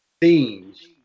Themes